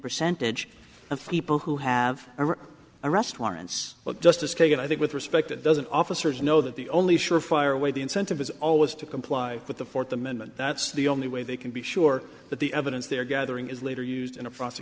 percentage of people who have or arrest warrants but justice kagan i think with respect it doesn't officers know that the only sure fire way the incentive is always to comply with the fourth amendment that's the only way they can be sure that the evidence they're gathering is later used in a process th